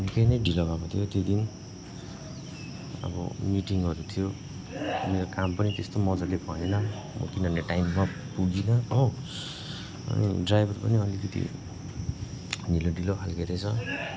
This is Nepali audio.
निकै नै ढिलो भएको थियो त्यो दिन अब मिटिङहरू थियो मेरो काम पनि त्यस्तो मजाले भएन अब किनभने टाइममा पुगिन हो अनि ड्राइभर पनि अलिकलि ढिलो ढिलो खालके रहेछ